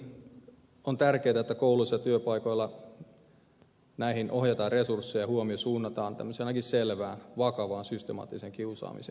mutta kuitenkin on tärkeätä että kouluissa ja työpaikoilla näihin ohjataan resursseja huomio suunnataan ainakin tämmöiseen selvään vakavaan systemaattiseen kiusaamiseen